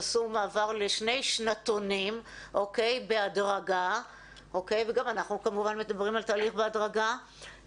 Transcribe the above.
עשו מעבר לשני שנתונים בהדרגה וגם אנחנו כמובן מדברים על תהליך בהדרגה,